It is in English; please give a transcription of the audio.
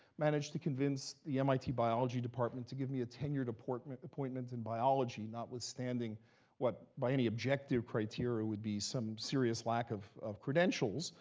managed to convince the mit biology department to give me a tenured appointment appointment in biology, notwithstanding what, by any objective criteria, would be some serious lack of of credentials.